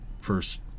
first